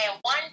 one